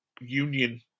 union